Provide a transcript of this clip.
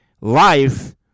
life